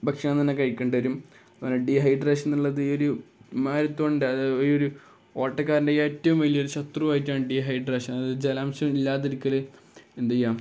ഭക്ഷണം തന്നെ കഴിക്കേണ്ടി വരും ഡീഹൈഡ്രേഷൻ എന്നുള്ളത് ഒരു മാരത്തോണിന്റെ അതായത് ഒരു ഓട്ടക്കാരന്റെ ഏറ്റവും വലിയൊരു ശത്രുവാണ് ഡീഹൈഡ്രേഷൻ അതായത് ജലാംശമില്ലാതിരിക്കല് എന്തുചെയ്യാം